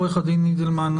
עורך הדין אידלמן,